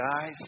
guys